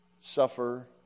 suffer